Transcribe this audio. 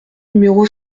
numéro